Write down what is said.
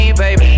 baby